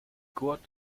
kurt